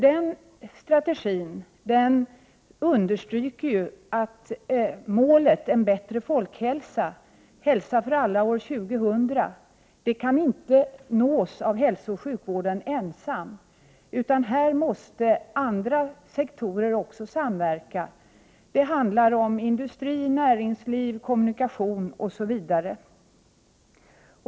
Denna strategi understryker att målet om en bättre folkhälsa, hälsa för alla år 2000, inte kan nås av hälsooch sjukvården ensam, utan här måste andra sektorer också samverka. Det handlar om industri, näringsliv, kommunikation, osv.